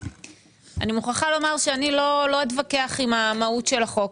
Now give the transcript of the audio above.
אני מוכרחה לומר שאני לא אתווכח עם המהות של החוק.